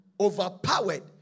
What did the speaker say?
overpowered